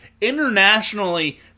internationally